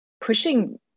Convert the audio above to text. pushing